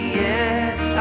yes